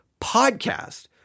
podcast